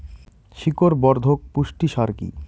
শিকড় বর্ধক পুষ্টি সার কি?